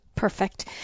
Perfect